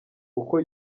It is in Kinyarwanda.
uko